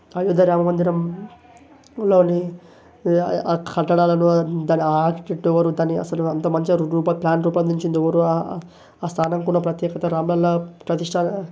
అయోధ్య రామమందిరంలోని ఆ కట్టడాలను దాని చుట్టూ ఎవరు దాని అసలు అంత మంచిగా రూపొ ప్లాన్ రూపొందించెందెవరు ఆ స్థానంకున్న ప్రత్యేకత రామలల్ల ప్రతిష్ట